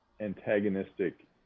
antagonistic